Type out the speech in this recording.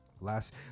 Last